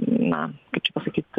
na kaip čia pasakyt